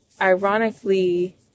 ironically